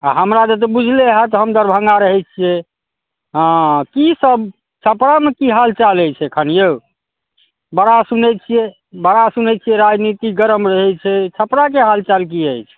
आ हमरा दऽ तऽ बुझेलै हाएत हम दरभङ्गा रहै छियै हँ की सब छपरा मे की हाल चाल अछि एखन यौ बड़ा सुनै छियै बड़ा सुनै छियै राजनीति गरम रहै छै छपरा के हाल चाल की अछि